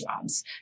jobs